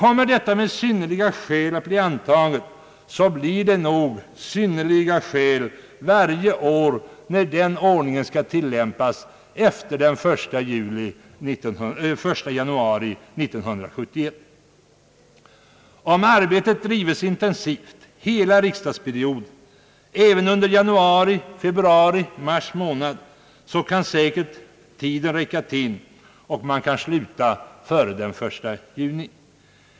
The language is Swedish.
Om förslaget om »synnerliga skäl» blir antaget, så blir det nog »synnerliga skäl» varje år när den nya ordningen skall tillämpas efter den 1 januari 1971. Om arbetet drives intensivt hela riksdagsperioden, även under januari, februari och mars månader, så kan tiden säkert räcka till så att man kan sluta före den 1 juni.